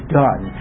done